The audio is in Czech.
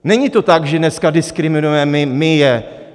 Není to tak, že dneska diskriminuje my je.